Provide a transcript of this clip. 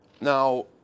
now